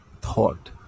Thought